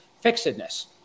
fixedness